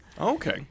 Okay